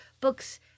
books